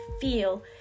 feel